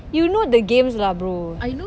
you know the games lah bro